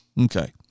Okay